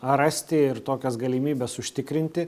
rasti ir tokias galimybės užtikrinti